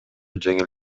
жеңил